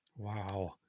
Wow